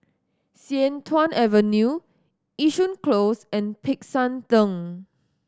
Sian Tuan Avenue Yishun Close and Peck San Theng